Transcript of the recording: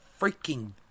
freaking